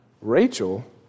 Rachel